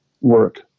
work